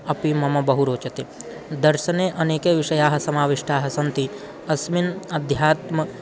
अपि मम बहु रोचते दर्शने अनेके विषयाः समाविष्टाः सन्ति अस्मिन् अध्यात्मं